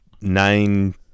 nine